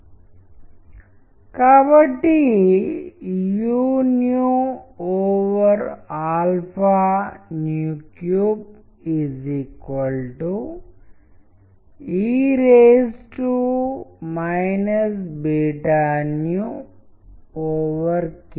మీరు చిత్రాలు టెక్ట్స్లు చిత్రాలు టెక్స్ట్లు మరియు యానిమేషన్లను కలిపి ఉంచే విభిన్న విషయాల గురించి నేను మొదటిగా షేర్ చేస్తాను దాని సారాంశం మరియు లింక్ అందిస్తాను మీరు దీన్ని చూడవచ్చు మరియు పరిశీలించవచ్చు